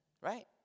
right